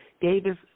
Davis